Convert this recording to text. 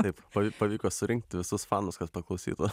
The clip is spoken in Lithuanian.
taip pavyko surinkti visus fanus kad paklausytų